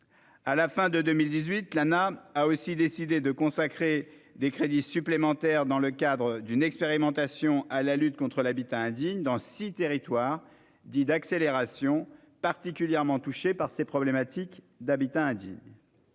de l'année 2018, l'Anah a aussi décidé de consacrer des crédits supplémentaires, dans le cadre d'une expérimentation, à la lutte contre l'habitat indigne dans six territoires dits « d'accélération », particulièrement touchés par ces problématiques. Reconduit jusqu'en